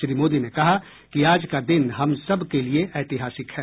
श्री मोदी ने कहा कि आज का दिन हम सबके लिए ऐतिहासिक है